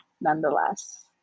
nonetheless